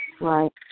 Right